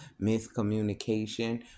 miscommunication